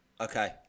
okay